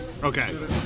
Okay